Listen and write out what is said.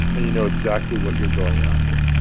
and you know exactly what you are going after.